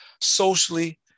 socially